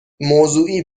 موضوعی